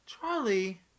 Charlie